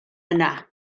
yna